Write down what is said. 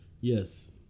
Yes